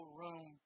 room